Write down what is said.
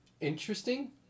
interesting